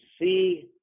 see